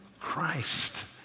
Christ